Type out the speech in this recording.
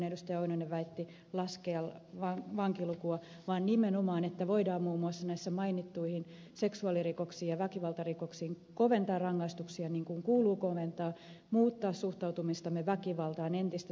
oinonen väitti laskea vankilukua vaan nimenomaan se että voidaan muun muassa näihin mainittuihin seksuaalirikoksiin ja väkivaltarikoksiin koventaa rangaistuksia niin kuin kuuluu koventaa muuttaa suhtautumistamme väkivaltaan entistä tiukemmaksi